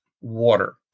water